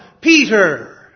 Peter